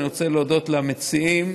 אני רוצה להודות למציעים,